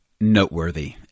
noteworthy